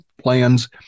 plans